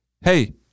hey